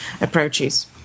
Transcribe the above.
approaches